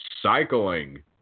cycling